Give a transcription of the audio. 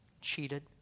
cheated